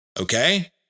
okay